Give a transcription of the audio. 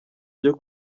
byo